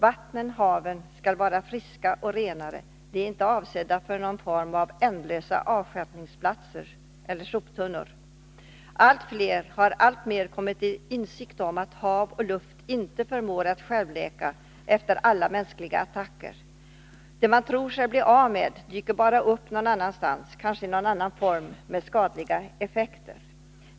Vattnen och haven skall vara friska och rena. De är inte avsedda att vara någon form av ändlösa avstjälpningsplatser eller soptunnor. Allt fler har alltmer kommit till insikt om att hav och luft inte förmår att självläka efter alla mänskliga attacker. Det man tror sig bli av med dyker bara upp någon annanstans, kanske i någon annan form, med skadliga effekter.